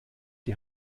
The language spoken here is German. die